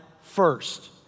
first